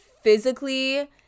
physically